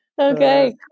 Okay